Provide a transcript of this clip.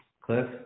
Cliff